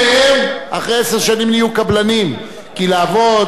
כי כשאתה עובד אתה לומד איך לבנות את הבניין,